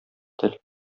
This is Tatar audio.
тел